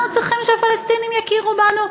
אנחנו צריכים שהפלסטינים יכירו בנו?